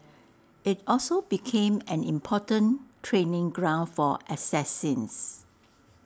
IT also became an important training ground for assassins